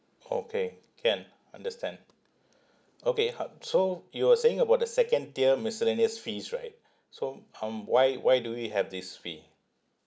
okay can understand okay h~ so you were saying about the second tier miscellaneous fees right so um why why do we have this fee